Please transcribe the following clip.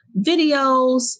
videos